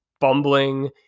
bumbling